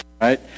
right